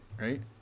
Right